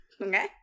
okay